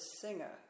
singer